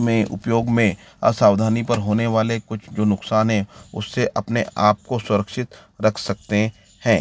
में उपयोग में असावधानी पर होने वाले कुछ जो नुकसान है उससे अपने आप को सुरक्षित रख सकते हैं